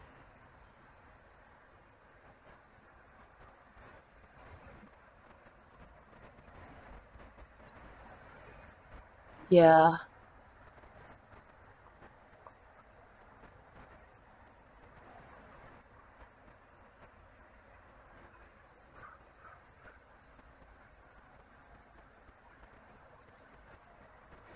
yeah